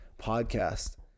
podcast